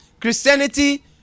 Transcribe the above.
Christianity